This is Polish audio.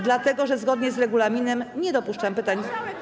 Dlatego że zgodnie z regulaminem nie dopuszczam pytań.